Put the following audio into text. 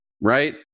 right